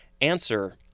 answer